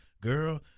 girl